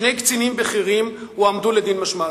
שני קצינים בכירים הועמדו לדין משמעתי.